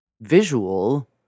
visual